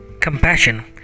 Compassion